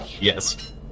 Yes